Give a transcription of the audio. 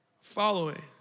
following